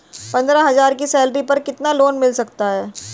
पंद्रह हज़ार की सैलरी पर कितना लोन मिल सकता है?